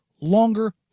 longer